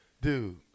dude